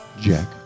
Jack